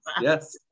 Yes